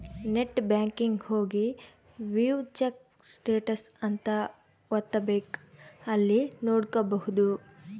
net banking ಹೋಗಿ view check status ಅಂತ ಒತ್ತಬೆಕ್ ಅಲ್ಲಿ ನೋಡ್ಕೊಬಹುದು